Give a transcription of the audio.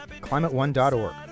climateone.org